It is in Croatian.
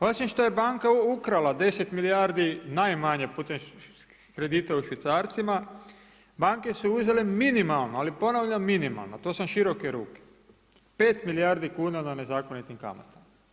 Osim što je banka ukrala deset milijardi najmanje putem kredita u švicarcima, banke su uzele minimalno, ali ponavljam minimalno to sam široke ruke 5 milijardi kuna na nezakonitim kamatama.